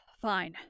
fine